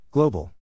Global